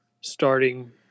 starting